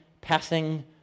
passing